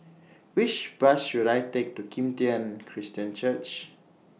Which Bus should I Take to Kim Tian Christian Church